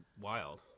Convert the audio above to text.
wild